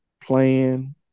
playing